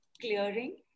clearing